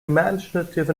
imaginative